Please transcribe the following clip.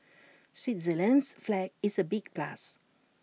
Switzerland's flag is A big plus